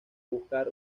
buscar